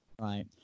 Right